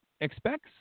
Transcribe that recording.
expects